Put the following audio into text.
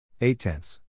Eight-tenths